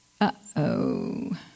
Uh-oh